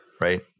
right